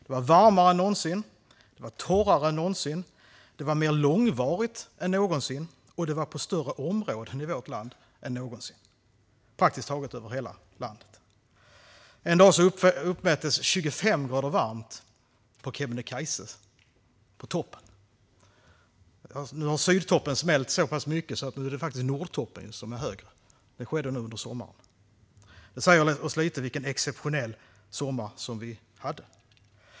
Det var varmare än någonsin, det var torrare än någonsin, det var mer långvarigt än någonsin och det var på större områden i vårt land än någonsin - praktiskt taget över hela landet. En dag uppmättes 25 grader varmt på toppen av Kebnekaise. Nu har Sydtoppen smält så pass mycket att det faktiskt är Nordtoppen som är högst. Det skedde nu under sommaren. Det säger oss lite om vilken exceptionell sommar vi hade.